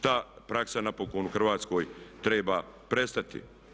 Ta praksa napokon u Hrvatskoj treba prestati.